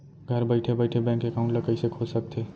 घर बइठे बइठे बैंक एकाउंट ल कइसे खोल सकथे?